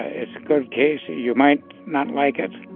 it's a good case. you you might not like it.